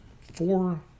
four